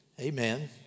Amen